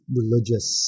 religious